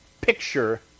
picture